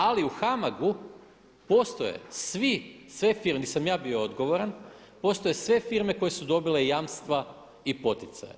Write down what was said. Ali u HAMAG-u postoje svi, sve firme gdje sam ja bio odgovoran, postoje sve firme koje su dobile jamstva i poticaje.